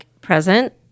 present